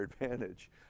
Advantage